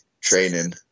training